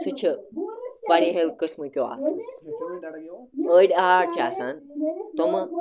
سُہ چھِ واریاہ قٕسمٕکیو آسان أڑۍ آرٹ چھِ آسان تِمہٕ